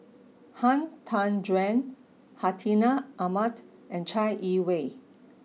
Han Tan Juan Hartinah Ahmad and Chai Yee Wei